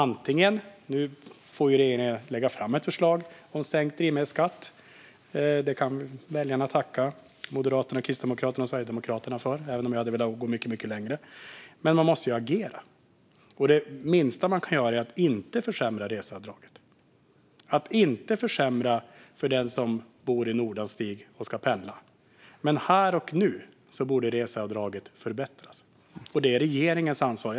Nu får ju regeringen lägga fram ett förslag om sänkt drivmedelsskatt, och det kan väljarna tacka Moderaterna, Kristdemokraterna och Sverigedemokraterna för - även om jag hade velat gå mycket längre. Men man måste agera. Det minsta man kan göra är att inte försämra reseavdraget - att inte försämra för den som bor i Nordanstig och ska pendla. Här och nu borde dock reseavdraget förbättras, och det är regeringens ansvar.